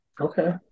Okay